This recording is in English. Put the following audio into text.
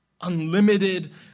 Unlimited